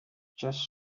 just